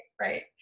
Right